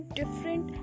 different